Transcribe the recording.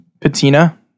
patina